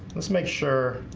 let's make sure